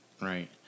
right